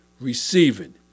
receiving